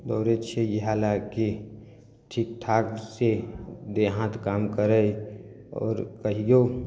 दौड़य छी इएह लए कि ठीक ठाकसँ देह हाथ काम करय आओर कहियो